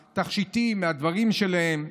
מהתכשיטים, מהדברים שלהם.